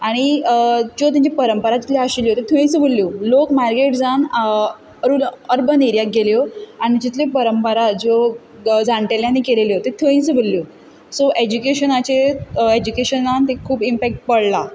आनी ज्यो तांच्यो परंपरा आशिल्ल्यो थंयच उरल्यो लोक मायग्रेट जावन अर्बन एरियाक गेल्यो आनी जितल्यो परंपरा ज्यो जाणटेल्यांनी केळयल्यो त्यो थंयच उरल्यो सो एज्युकेशनाचेर एज्युकेशनान एक खूब इम्पेक्ट पडला